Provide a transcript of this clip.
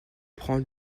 reprendre